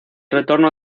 retorno